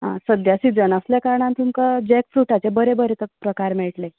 आं सद्याक सिजन आसल्या कारणान तुमकां जेकफ्रुटाचे बरे बरे प्रकार मेळटले